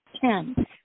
ten